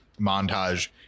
montage